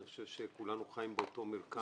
כולנו חיים באותו מרקם.